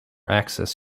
access